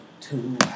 two